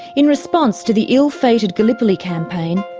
in response to the ill-fated gallipoli campaign,